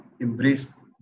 embrace